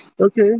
Okay